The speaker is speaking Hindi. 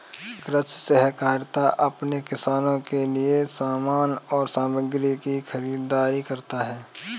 कृषि सहकारिता अपने किसानों के लिए समान और सामग्री की खरीदारी करता है